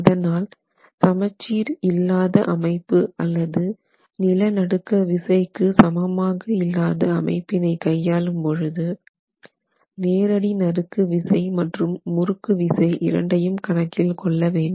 அதனால் சமச்சீர் இல்லாத அமைப்பு அல்லது நிலநடுக்க விசைக்கு சமமாக இல்லாத அமைப்பினை கையாளும் பொழுது நேரடி நறுக்கு விசை மற்றும் முறுக்கு விசை இரண்டையும் கணக்கில் கொள்ள வேண்டும்